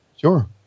Sure